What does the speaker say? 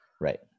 Right